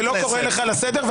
ולא קורא אותך לסדר,